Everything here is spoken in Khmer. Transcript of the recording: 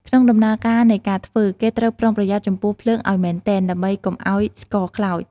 ក្នុងដំណើរការនៃការធ្វើ គេត្រូវប្រុងប្រយ័ត្នចំពោះភ្លើងឱ្យមែនទែន ដើម្បីកុំឱ្យស្ករខ្លោច។